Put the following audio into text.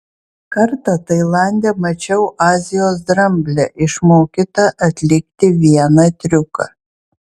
kartą tailande mačiau azijos dramblę išmokytą atlikti vieną triuką